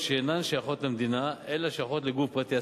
שאינן שייכות למדינה אלא שייכות לגוף פרטי,